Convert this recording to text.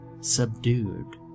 subdued